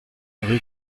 rue